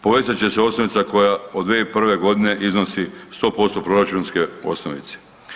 Povećat će se osnovica koja od 2001. godine iznosi 100% proračunske osnovice.